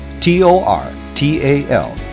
T-O-R-T-A-L